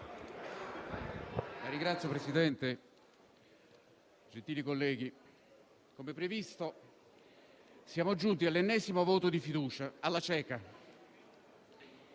Signor Presidente, gentili colleghi, come previsto, siamo giunti all'ennesimo voto di fiducia alla cieca.